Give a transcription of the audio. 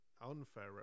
unfair